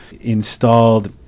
installed